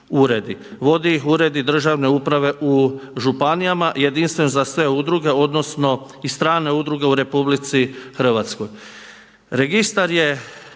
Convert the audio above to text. Vode ih uredi državne uprave u županijama, jedinstven za sve udruge, odnosno i strane udruge u RH. Registar je